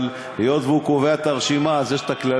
אבל היות שהוא קובע את הרשימה אז יש הכללים,